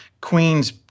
Queen's